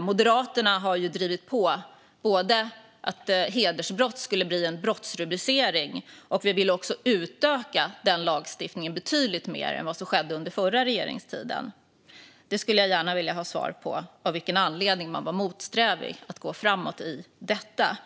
Moderaterna har drivit på både att hedersbrott skulle bli en brottsrubricering och att den lagstiftningen ska utökas betydligt mer än vad som skedde under den förra regeringens tid. Jag skulle gärna vilja ha svar på varför man var motsträvig mot att gå framåt i detta.